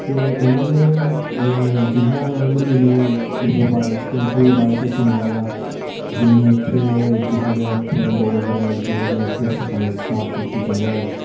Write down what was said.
ते उ'ना ने जिन्ना उ'ना ने मेनू ओह्दे बारे च कंट्री दे बारे च सनाया जिन्नी उत्थै जेहो लेआ उत्थै दे लोक नै जेहो लेआ उत्थै सफाई साफ सुथरी जगह ऐ